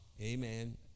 amen